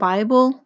Bible